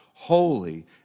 Holy